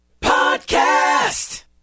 Podcast